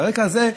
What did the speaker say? והרקע הזה,